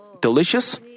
delicious